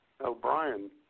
O'Brien